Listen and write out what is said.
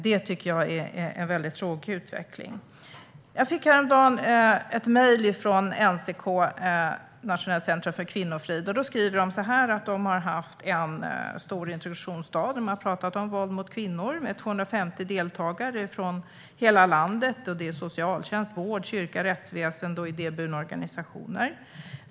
Jag tycker att utvecklingen är väldigt tråkig. Jag fick häromdagen ett mejl från NCK, Nationellt centrum för kvinnofrid. De skrev att de har haft en stor introduktionsdag där de pratade om våld mot kvinnor. Det var 250 deltagare från hela landet - socialtjänst, vård, kyrka, rättsväsen och idéburna organisationer.